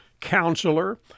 Counselor